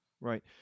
Right